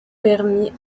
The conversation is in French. permis